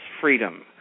freedom